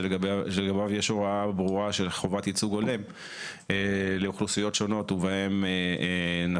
שלגביו יש הוראה ברורה של חובת ייצוג הולם לאוכלוסיות שונות ובהן נשים,